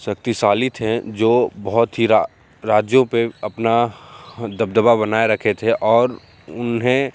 शक्तिशाली थे जो बहुत ही राज्यों पे अपना हँ दबदबा बनाए रखे थे और उन्हें